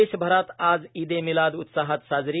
देशभरात आज ईद ए मिलाद उत्साहात साजरी